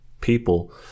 people